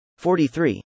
43